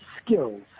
skills